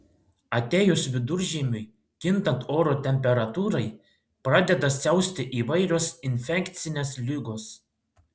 atėjus viduržiemiui kintant oro temperatūrai pradeda siausti įvairios infekcinės ligos